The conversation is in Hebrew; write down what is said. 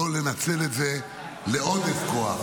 לא לנצל את זה לעודף כוח,